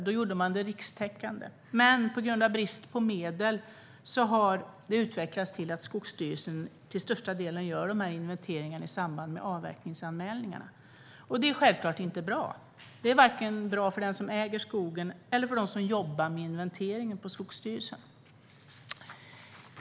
Då gjorde man det rikstäckande, men på grund av brist på medel har det utvecklats till att Skogsstyrelsen till största delen gör de här inventeringarna i samband med avverkningsanmälningar. Det är självklart inte bra, vare sig för den som äger skogen eller för dem som jobbar med inventeringen på Skogsstyrelsen.